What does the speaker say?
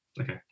okay